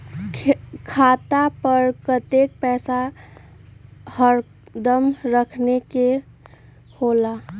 खाता पर कतेक पैसा हरदम रखखे के होला?